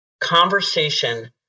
conversation